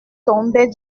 tombait